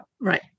Right